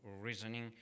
reasoning